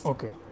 Okay